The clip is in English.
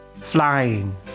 Flying